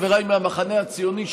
חבריי מהמחנה הציוני,